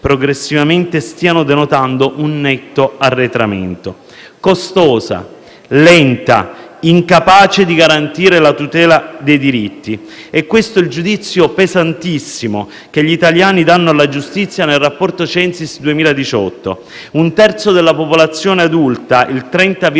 progressivamente stiano denotando un netto arretramento. Costosa, lenta, incapace di garantire la tutela dei diritti: è questo il giudizio pesantissimo che gli italiani danno alla giustizia nel rapporto Censis 2018. Un terzo della popolazione adulta, il 30,7